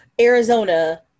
arizona